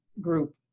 group